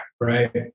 right